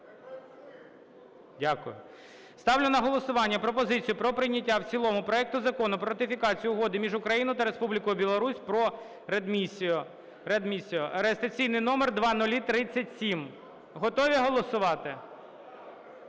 Дякую. Ставлю на голосування пропозицію про прийняття в цілому проекту Закону про ратифікацію Угоди між Україною та Республікою Білорусь про реадмісію (реєстраційний номер 0037). Готові голосувати?